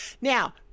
Now